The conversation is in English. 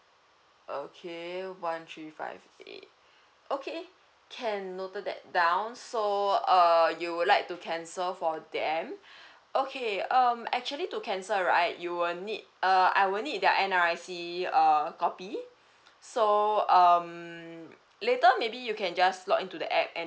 okay one three five A okay can noted that down so uh you would like to cancel for them okay um actually to cancel right you will need uh I will need their N_R_I_C uh copy so um later maybe you can just log in to the app and